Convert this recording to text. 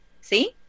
see